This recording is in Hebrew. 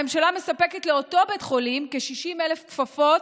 הממשלה מספקת לאותו בית חולים כ-60,000 כפפות,